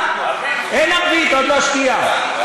אין ערבית, עוד לא שקיעה.